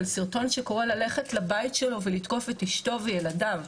אבל סרטון שקורא ללכת לבית שלו ולתקוף את אשתו וילדיו.